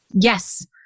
Yes